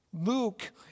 Luke